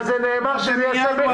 אבל --- אוסאמה,